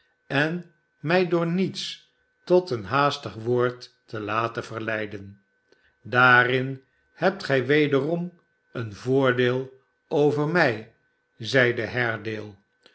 en mij door niets tot een haastig woord te laten verleiden daarin hebt gij wederom een voordeel over mij zeide